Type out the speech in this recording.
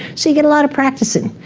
so you get a lot of practice in.